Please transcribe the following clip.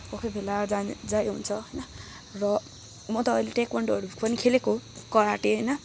कोही कोहीबेला जा जाइ हुन्छ होइन र म त अहिले त्वेक्वान्दो पनि खेलेको कराँटे होइन